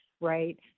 right